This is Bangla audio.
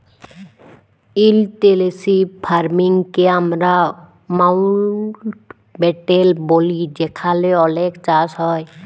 ইলটেল্সিভ ফার্মিং কে আমরা মাউল্টব্যাটেল ব্যলি যেখালে অলেক চাষ হ্যয়